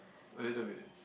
a little bit